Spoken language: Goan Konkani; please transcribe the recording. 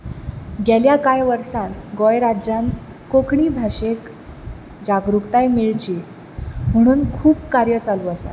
गेल्या कांय वर्सांत गोंय राज्यांतन कोंकणी भाशेक जागृताय मेळची म्हणून खूब कार्य चालूं आसा